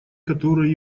которая